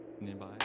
nearby